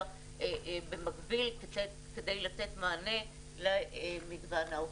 במקביל כדי לתת מענה למגוון האוכלוסיות.